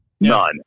None